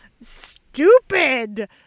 Stupid